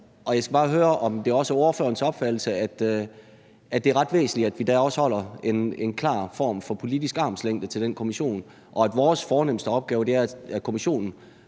Jeg skal bare høre, om det også er ordførerens opfattelse, er det er ret væsentligt, at vi der også holder en klar form for politisk armslængde til den kommission, og at vores fornemste opgave er, at kommissionen